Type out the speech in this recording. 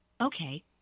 Okay